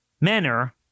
manner